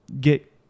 get